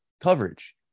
coverage